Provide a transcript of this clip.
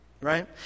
right